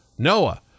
Noah